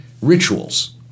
rituals